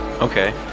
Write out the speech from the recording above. Okay